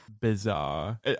bizarre